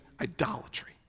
idolatry